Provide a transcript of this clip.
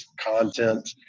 content